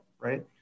right